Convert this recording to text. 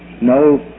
No